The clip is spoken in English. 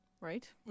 Right